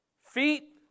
Feet